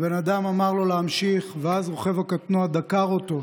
הבן אדם אמר לו להמשיך, ואז רוכב הקטנוע דקר אותו.